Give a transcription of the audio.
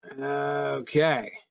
Okay